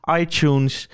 iTunes